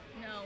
No